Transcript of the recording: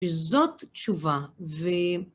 שזאת תשובה, ו...